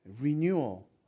renewal